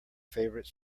favorite